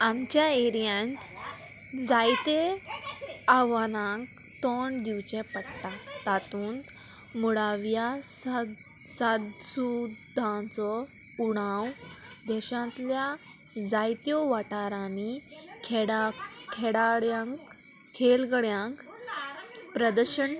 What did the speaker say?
आमच्या एरियांत जायते आव्हानांक तोंड दिवचें पडटा तातूंत मुडाव्या साद सुद्दांचो उणाव देशांतल्या जायत्यो वाठारांनी खेडा खेडाड्यांक खेलगड्यांक प्रदर्शन